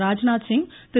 Rajnath Singh Thiru